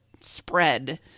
spread